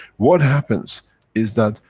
what happens is that,